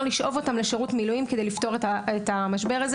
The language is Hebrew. לשאוב אותם לשירות מילואים כדי לפתור את המשבר הזה